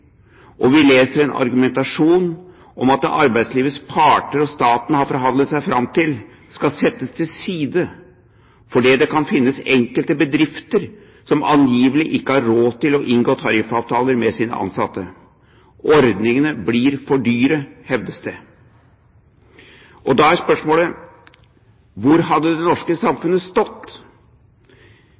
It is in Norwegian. Og vi leser en argumentasjon om at det arbeidslivets parter og staten har forhandlet seg fram til, skal settes til side fordi det kan finnes enkelte bedrifter som angivelig ikke har råd til å inngå tariffavtaler med sine ansatte. Ordningene blir for dyre, hevdes det. Da er spørsmålet: Hvor hadde det norske samfunnet stått